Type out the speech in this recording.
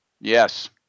Yes